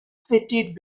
fitted